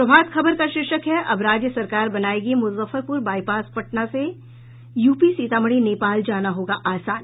प्रभात खबर का शीर्षक है अब सराज्य सरकार बनायेगी मुजफ्फरपुर बाईपास पटना से यूपी सीतामढ़ी नेपाल जाना होगा आसान